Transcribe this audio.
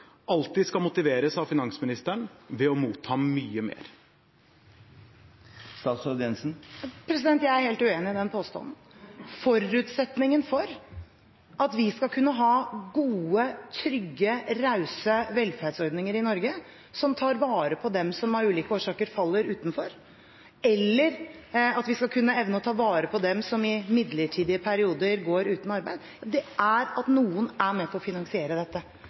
alltid skal motiveres av finansministeren ved å motta mye mer? Jeg er helt uenig i den påstanden. Forutsetningen for at vi skal kunne ha gode, trygge, rause velferdsordninger i Norge som tar vare på dem som av ulike årsaker faller utenfor, eller at vi skal kunne evne å ta vare på dem som i midlertidige perioder går uten arbeid, er at noen er med på å finansiere dette.